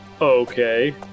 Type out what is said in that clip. okay